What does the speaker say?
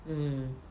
mm